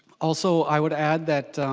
also i would add that